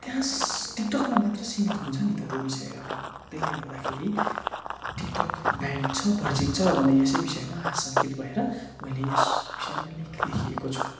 त्यस टिकटकमा मात्र सिमित हुन्छ नि त त्यो विषयहरू त्यसले गर्दाखेरि टिकटक ब्यान्ड छ बर्जित छ र मलाई यसै विषयमा आशङ्कित भएर मैले यस विषयमा लेख लेखिएको छु